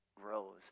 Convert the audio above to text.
grows